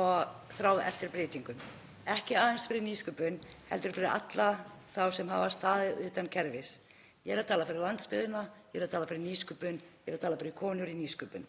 og þrá eftir breytingum, ekki aðeins fyrir nýsköpun heldur fyrir alla þá sem hafa staðið utan kerfis. Ég er að tala fyrir landsbyggðina, ég er að tala fyrir nýsköpun, ég er að tala fyrir konur í nýsköpun.